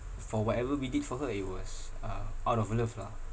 for whatever we did for her it was uh out of love lah